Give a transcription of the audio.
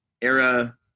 era